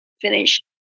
finish